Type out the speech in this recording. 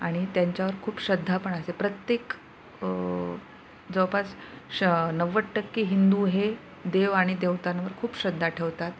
आणि त्यांच्यावर खूप श्रद्धा पण असे प्रत्येक जवळपास श नव्वद टक्के हिंदू हे देव आणि देवतांवर खूप श्रद्धा ठेवतात